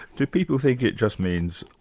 do people think it just means,